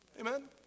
Amen